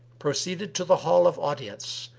proceeded to the hall of audience,